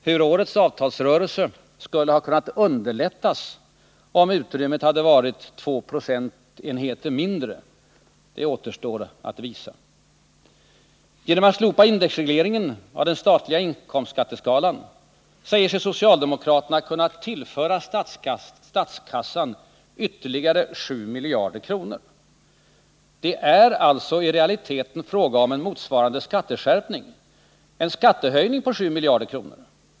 Hur årets avtalsuppgörelse skulle ha kunnat underlättas, om utrymmet varit t.ex. två procentenheter mindre, återstår att visa. Genom att slopa indexregleringen av den statliga inkomstskatteskalan säger sig socialdemokraterna kunna tillföra statskassan ytterligare 7 miljarder kronor. Det är alltså i realiteten fråga om en motsvarande skatteskärpning, en skattehöjning med 7 miljarder kronor.